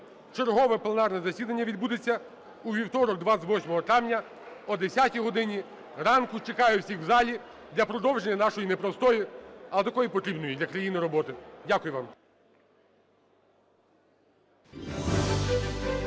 Чергове пленарне засідання відбудеться у вівторок 28 травня о 10 годині ранку. Чекаю всіх в залі для продовження нашої не простої, але такої потрібної для країни роботи. Дякую вам.